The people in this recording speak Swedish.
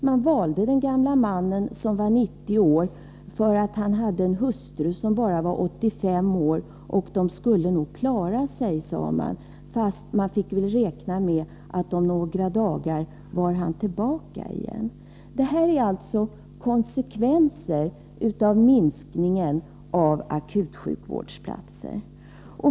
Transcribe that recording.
Man valde den gamle mannen, eftersom han hade en hustru som var bara 85 år. De skulle nog klara sig, sade man, fast man fick räkna med att mannen var tillbaka igen om några dagar. Det jag beskrivit är konsekvenser av minskningen av akutsjukhusvårdplatser.